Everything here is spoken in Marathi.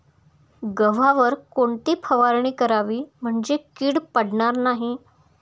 गव्हावर कोणती फवारणी करावी म्हणजे कीड पडणार नाही?